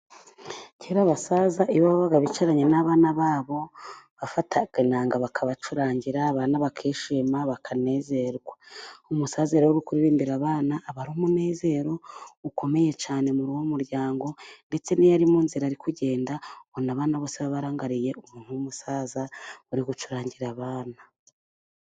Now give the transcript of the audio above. Kera abasaza iyo babaga bicaranye n'abana babo, bafataga inanga bakabacurangira, abana bakishima, bakanezerwa. Umusaza rero uri kuririmbira abana aba ari umunezero ukomeye cyane muri uwo muryango, ndetse n'iyo ari mu nzira ari kugenda, ubona abana bose baba barangariye uwo musaza uba ari gucurangira abana.